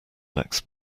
next